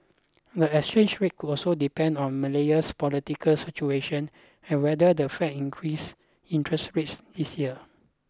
the exchange rate could also depend on Malaysia's political situation and whether the Fed increases interest rates this year